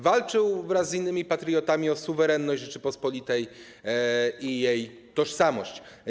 Walczył wraz z innymi patriotami o suwerenność Rzeczypospolitej i jej tożsamość.